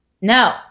No